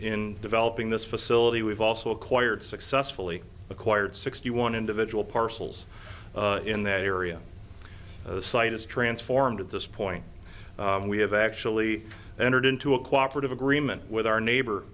in developing this facility we've also acquired successfully acquired sixty one individual parcels in that area site has transformed at this point we have actually entered into a cooperative agreement with our neighbor